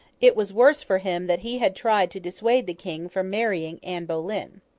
it was worse for him that he had tried to dissuade the king from marrying anne boleyn.